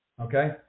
Okay